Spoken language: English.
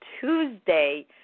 Tuesday